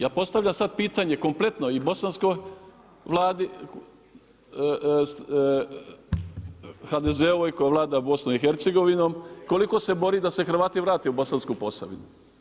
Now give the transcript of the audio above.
Ja postavljam sada pitanje kompletno i bosanskoj vladi, HDZ-ovoj koja vlada BiH-a, koliko se bori da se Hrvata vrate u Bosansku Posavinu?